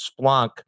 Splunk